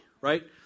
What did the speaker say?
right